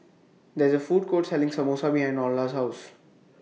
There IS A Food Court Selling Samosa behind Orla's House